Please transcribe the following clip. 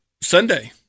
Sunday